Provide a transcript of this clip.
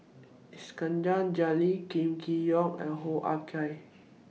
Iskandar Jalil Kam Kee Yong and Hoo Ah Kay